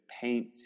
paint